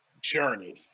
journey